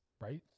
right